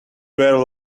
were